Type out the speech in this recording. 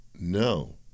No